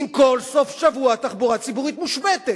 אם בסוף-שבוע התחבורה הציבורית מושבתת.